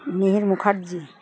Mihir Mukherjee